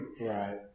Right